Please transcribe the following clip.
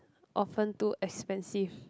often too expensive